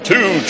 Two